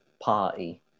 party